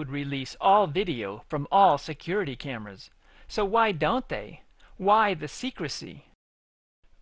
would release all video from all security cameras so why don't they why the secrecy